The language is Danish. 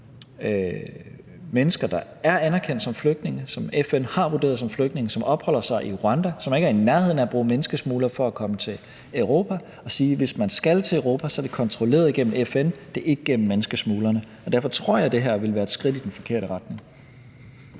mennesker, der er anerkendt som flygtninge, som FN har vurderet som flygtninge, og som opholder sig i Rwanda, og som ikke er i nærheden af at bruge menneskesmuglere for at komme til Europa, og sige, at hvis man skal til Europa, er det kontrolleret gennem FN; det er ikke gennem menneskesmuglere. Derfor tror jeg, at det vil være et skridt i den forkerte retning.